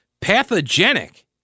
pathogenic